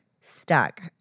stuck